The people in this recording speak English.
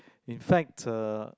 in fact uh